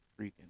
freaking